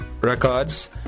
Records